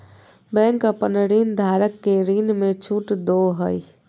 bank अपन ऋणधारक के ऋण में छुट दो हइ